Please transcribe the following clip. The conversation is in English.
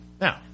Now